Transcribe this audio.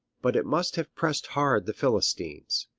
but it must have pressed hard the philistines.